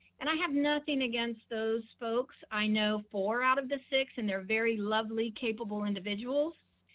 and i have nothing against those folks, i know four out of the six and they're very lovely, capable individuals,